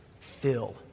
fill